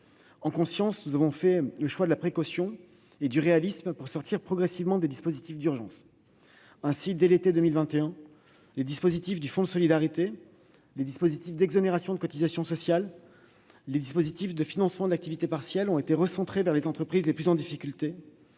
En conscience, nous avons fait le choix de la précaution et du réalisme pour sortir progressivement des dispositifs d'urgence. Ainsi, dès l'été 2021, les dispositifs du fonds de solidarité, d'exonération de cotisations sociales et d'activité partielle ont été recentrés vers les entreprises les plus en difficulté.